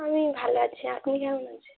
আমি ভালো আছি আপনি কেমন আছে